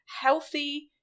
healthy